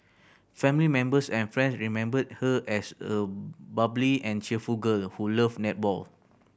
family members and friends remembered her as a bubbly and cheerful girl who loved netball